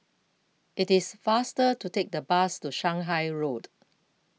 it is faster to take the bus to Shanghai Road